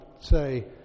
say